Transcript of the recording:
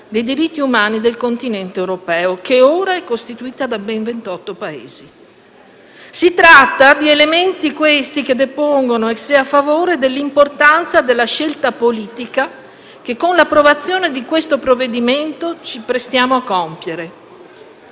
dei diritti umani del continente europeo, che ora è costituita da ben 47 Paesi. Si tratta di elementi questi che depongono *ex se* a favore dell'importanza della scelta politica che con l'approvazione di questo provvedimento ci prestiamo a compiere.